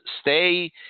stay